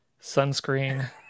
sunscreen